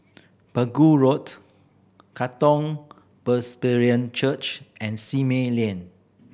Pegu Road Katong Presbyterian Church and Simei Lane